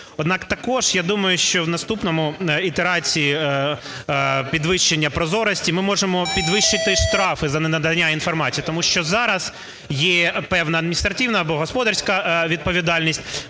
Однак також, я думаю, що в наступному ітерації підвищення прозорості, ми можемо підвищити штрафи за ненадання інформації, тому що зараз є певна адміністративна або господарська відповідальність.